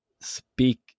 speak